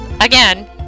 again